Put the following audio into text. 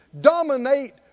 Dominate